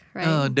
right